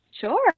Sure